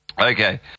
Okay